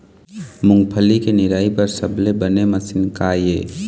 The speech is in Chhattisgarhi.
मूंगफली के निराई बर सबले बने मशीन का ये?